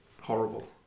horrible